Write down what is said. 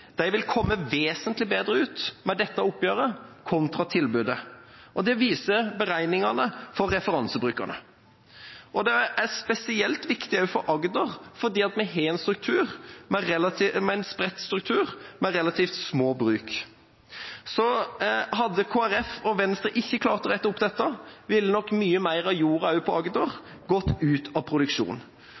bruk vil komme vesentlig bedre ut med dette oppgjøret kontra tilbudet. Det viser beregningene for referansebrukerne. Det er spesielt viktig for Agder, fordi vi har en spredt struktur med relativt små bruk. Så hadde Kristelig Folkeparti og Venstre ikke klart å rette opp dette, ville nok mye mer av jorda i Agder gått ut av produksjon.